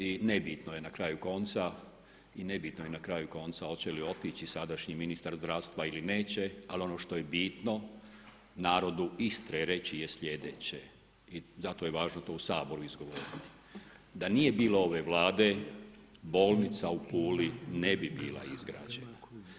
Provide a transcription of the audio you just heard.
I nebitno je na kraju konca, nebitno je na kraju konca, hoće li otići sadašnji ministar zdravstva ili neće, ali ono što je bitno, narodu Istre je reći slijedeće, da to je važno to u Saboru to izgovoriti, da nije bilo ove Vlade bolnica u Puli ne bi bila izgrađena.